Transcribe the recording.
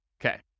Okay